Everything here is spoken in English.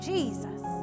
Jesus